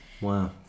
Wow